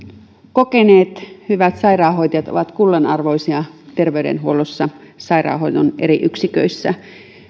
kokeneet hyvät sairaanhoitajat ovat kullanarvoisia terveydenhuollossa sairaanhoidon eri yksiköissä